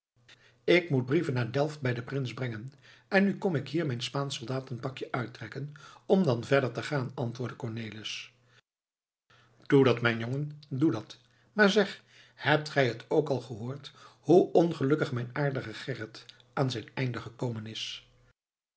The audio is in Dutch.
ik moet brieven naar delft bij den prins brengen en nu kom ik hier mijn spaansch soldatenpakje uittrekken om dan verder te gaan antwoordde cornelis doe dat mijn jongen doe dat maar zeg hebt gij het ook al gehoord hoe ongelukkig mijn aardige gerrit aan zijn einde gekomen is